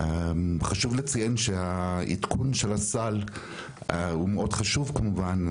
חשוב לציין שהעדכון של הסל הוא מאוד חשוב כמובן.